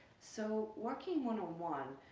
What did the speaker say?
so, working one on one,